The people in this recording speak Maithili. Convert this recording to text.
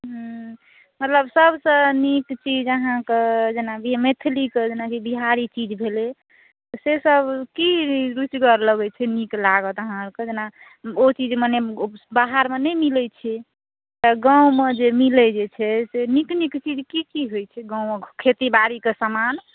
मतलब सभसँ नीक चीज अहाँक जेना की मैथिलीकें जेना की बिहारी चीज भेलय से सभ की रुचिगर लगय छै नीक लागत अहाँ आरके जेना ओ चीज मने बाहरमे नहि मिलए छै पर गाँवमे जे मिलए जे छै से नीक नीक चीज की की होइ छै गाँव खेती बारीके सामान